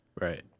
Right